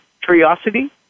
curiosity